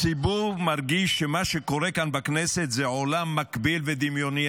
הציבור מרגיש שמה שקורה כאן בכנסת זה עולם מקביל ודמיוני,